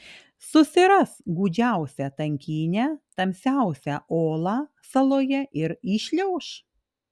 susiras gūdžiausią tankynę tamsiausią olą saloje ir įšliauš